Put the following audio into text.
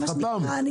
פותח את הישיבה.